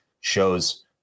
shows